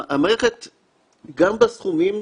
במערך הסייבר,